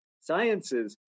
sciences